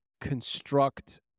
construct